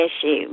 issue